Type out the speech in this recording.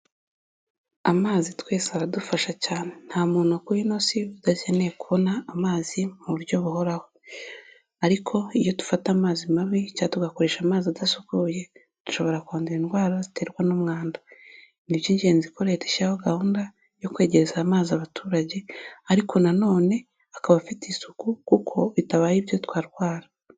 Amazi twese aradufasha cyane, nta muntu kuri ino si udakeneye kubona amazi mu buryo buhoraho ariko iyo dufata amazi mabi cyangwa tugakoresha amazi adasukuye dushobora kwandura indwara ziterwa n'umwanda, ni iby'ingenzi ko leta ishyiraho gahunda yo kwegereza amazi abaturage ariko na none akaba afite isuku kuko bitabaye ibyo twarwara.